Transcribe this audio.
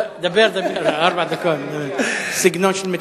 דבר, דבר, ארבע דקות, סגנון של מתנחל.